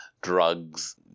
drugs